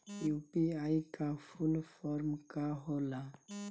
UPI का full form का होला?